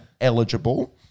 eligible